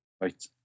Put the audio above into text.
Right